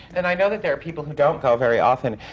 and i know that there are people who don't go very often,